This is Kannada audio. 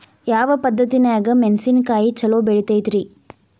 ಯಾವ ಪದ್ಧತಿನ್ಯಾಗ ಮೆಣಿಸಿನಕಾಯಿ ಛಲೋ ಬೆಳಿತೈತ್ರೇ?